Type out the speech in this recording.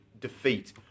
defeat